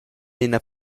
ina